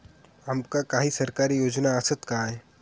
आमका काही सरकारी योजना आसत काय?